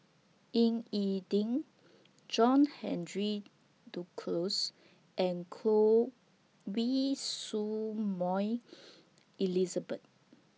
Ying E Ding John Henry Duclos and Choy Su Moi Elizabeth